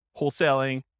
wholesaling